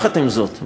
עם זאת,